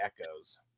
echoes